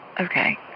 Okay